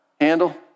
handle